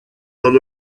than